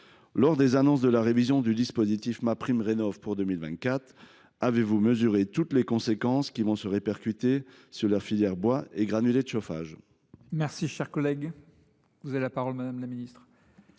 Lors des annonces de la révision du dispositif MaPrimeRénov’ pour 2024, avez vous mesuré toutes les conséquences pour la filière bois et granulés de chauffage ?